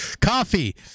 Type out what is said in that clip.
coffee